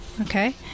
Okay